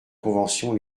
convention